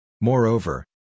Moreover